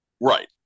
Right